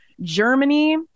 Germany